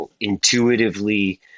intuitively